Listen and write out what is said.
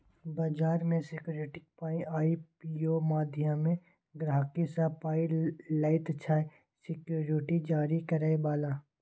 बजार मे सिक्युरिटीक पाइ आइ.पी.ओ माध्यमे गहिंकी सँ पाइ लैत छै सिक्युरिटी जारी करय बला